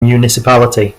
municipality